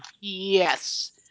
Yes